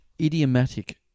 idiomatic